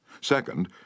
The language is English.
Second